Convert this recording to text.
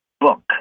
book